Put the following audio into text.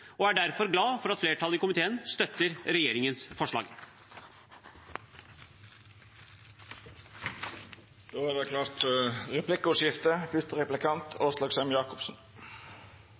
og er derfor glad for at flertallet i komiteen støtter regjeringens forslag. Det vert replikkordskifte.